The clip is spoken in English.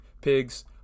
Pigs